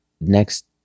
Next